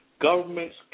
governments